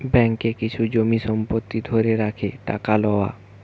ব্যাঙ্ককে কিছু জমি সম্পত্তি ধরে রেখে টাকা লওয়া